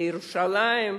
לירושלים.